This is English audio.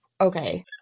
okay